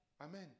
Amen